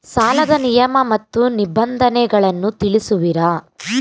ಸಾಲದ ನಿಯಮ ಮತ್ತು ನಿಬಂಧನೆಗಳನ್ನು ತಿಳಿಸುವಿರಾ?